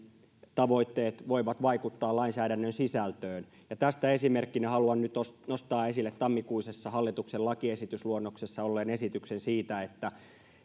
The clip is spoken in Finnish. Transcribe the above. tavoitteet voivat vaikuttaa lainsäädännön sisältöön ja tästä esimerkkinä haluan nyt nostaa esille tammikuisessa hallituksen lakiesitysluonnoksessa olleen esityksen siitä että